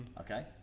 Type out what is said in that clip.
okay